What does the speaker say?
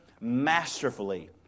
masterfully